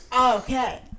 okay